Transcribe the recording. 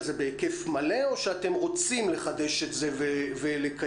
זה בהיקף מלא או שאתם רוצים לחדש את זה ולקיים את זה?